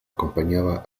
acompañaba